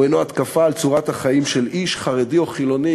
הוא אינו התקפה על צורת החיים של איש חרדי או חילוני,